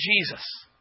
Jesus